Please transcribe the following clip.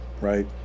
right